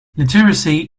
literacy